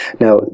Now